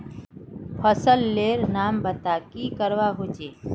फसल लेर नाम बता की करवा होचे?